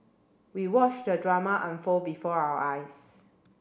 we watched the drama unfold before our eyes